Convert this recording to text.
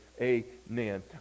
amen